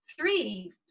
three